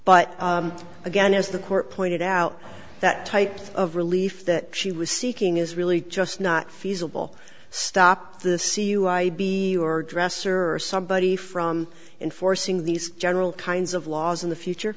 but again as the court pointed out that type of relief that she was seeking is really just not feasible stop the c u i'd be dresser or somebody from enforcing these general kinds of laws in the future